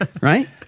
right